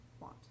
want